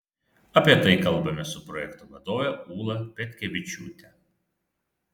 apie tai kalbamės su projekto vadove ūla petkevičiūte